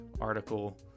article